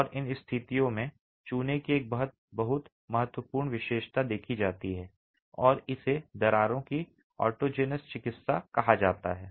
और इन स्थितियों में चूने की एक बहुत ही महत्वपूर्ण विशेषता देखी जाती है और इसे दरारों की ऑटोजेनस चिकित्सा कहा जाता है